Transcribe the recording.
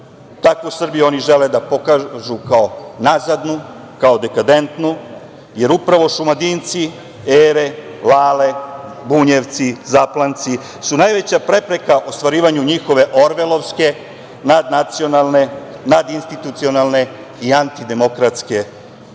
takvu Srbiju oni žele da pokažu kao nazadnu, kao dekadentnu, jer upravo Šumadinci, Ere, Lale, Bunjevci, Zaplanjci su najveća prepreka u ostvarivanju njihove orvelovske nadnacionalne, nadinstitucionalne i antidemokratske